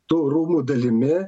tų rūmų dalimi